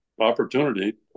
opportunity